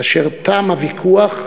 כאשר תם הוויכוח,